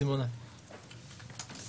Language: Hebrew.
סימונה, אם אפשר.